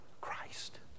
Christ